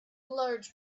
large